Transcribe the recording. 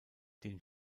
den